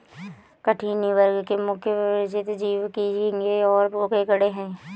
कठिनी वर्ग के मुख्य परिचित जीव तो झींगें और केकड़े हैं